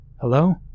Hello